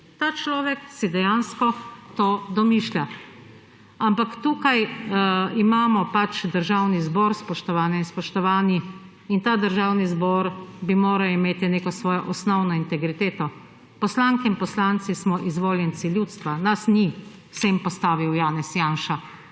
Ta človek si dejansko to domišlja. Ampak tukaj imamo Državni zbor, spoštovane in spoštovani. Državni zbor bi moral imeti neko svojo osnovno integriteto. Poslanke in poslanci smo izvoljenci ljudstva. Nas ni sem postavil Janez Janša.